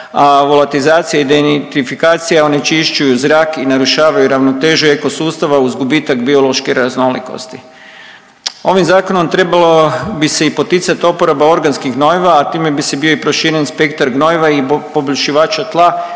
a volatizacija i denitifikacija onečišćuju zrak i narušavaju ravnotežu eko sustava uz gubitak biološke raznolikosti. Ovim zakonom trebalo bi se i poticati uporaba organskih gnojiva, a time bi bio proširen i spektar gnojiva i poboljšivača tla